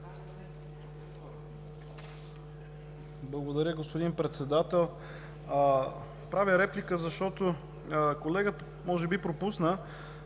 Благодаря, господин председател. Правя реплика, защото колегата може би пропусна: